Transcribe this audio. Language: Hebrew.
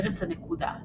ארץ הנקודה,